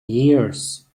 years